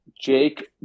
Jake